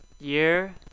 year